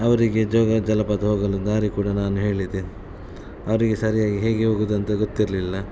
ಅವರಿಗೆ ಜೋಗ ಜಲಪಾತ ಹೋಗಲು ದಾರಿ ಕೂಡ ನಾನು ಹೇಳಿದೆ ಅವರಿಗೆ ಸರಿಯಾಗಿ ಹೇಗೆ ಹೋಗೋದು ಅಂತ ಗೊತ್ತಿರಲಿಲ್ಲ